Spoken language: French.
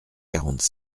quarante